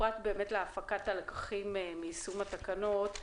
פרק להפקת הלקחים מיישום התקנות,